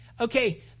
Okay